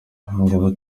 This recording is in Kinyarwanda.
ubungubu